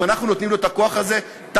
אם אנחנו נותנים לו את הכוח הזה שוב,